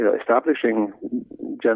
establishing